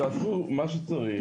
תעשו מה שצריך,